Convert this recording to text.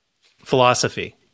philosophy